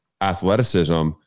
athleticism